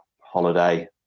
holiday